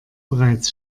bereits